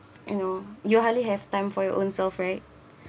you know you hardly have time for your own self right